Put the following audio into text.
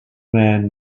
man